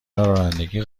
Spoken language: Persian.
رانندگی